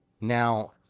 now